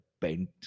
bent